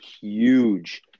huge